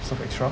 serve extra